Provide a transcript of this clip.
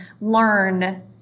learn